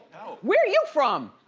where are you from?